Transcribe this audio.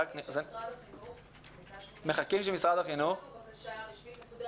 מחכים שמשרד החינוך יגיש בקשה רשמית.